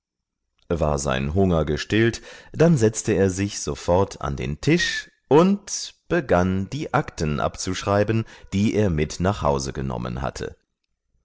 war sein hunger gestillt dann setzte er sich sofort an den tisch und begann die akten abzuschreiben die er mit nach hause genommen hatte